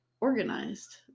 organized